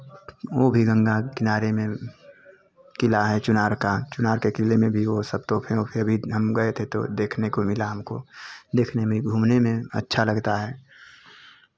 वो भी गंगा किनारे में किला है चुनार का चुनार के किले में भी वो सब तो फिर वो फिर भी हम गए थे तो देखने को मिला हमको देखने में घूमने में अच्छा लगता है